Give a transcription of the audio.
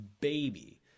baby